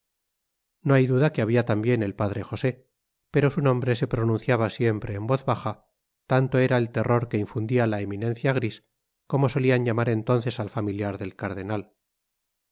no hay duda que habia tambien el padre josé pero su nombre se pronunciaba siempre en voz baja tanto era el terror que infundia la eminencia gris como solian llamar entonces al familiar del cardenal